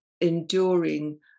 Enduring